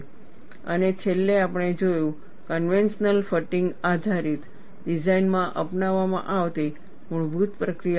અને છેલ્લે આપણે જોયું કન્વેન્શનલ ફટીગ આધારિત ડિઝાઇનમાં અપનાવવામાં આવતી મૂળભૂત પ્રક્રિયાઓ શું છે